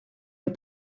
and